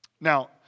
Now